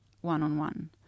one-on-one